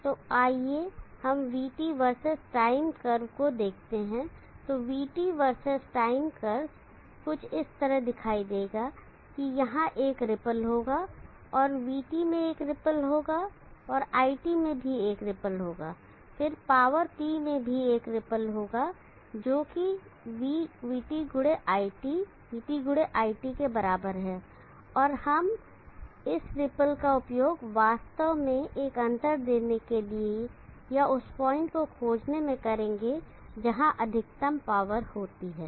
तो आइए हम vT वर्सेस टाइम कर्व को देखते हैं तो vT वर्सेस टाइम कर्व कुछ इस तरह दिखाई देगा कि यहां एक रिपल होगा और vT में एक रिपल होगा और iT में भी एक रिपल होगा और फिर पावर P में भी एक रिपल होगा जोकि v गुणे iT vT गुणे iT के बराबर है और हम इस रिपल का उपयोग वास्तव में एक अंतर देने के लिए या उस पॉइंट को खोजने में करेंगे जहां अधिकतम पावर होती है